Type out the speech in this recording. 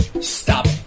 Stop